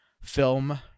film